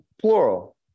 plural